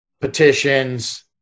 Petitions